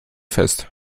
fest